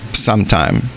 Sometime